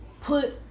put